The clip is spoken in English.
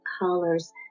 colors